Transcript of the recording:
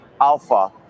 alpha